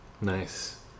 Nice